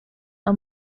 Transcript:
are